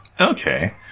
Okay